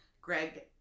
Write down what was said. Greg